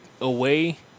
away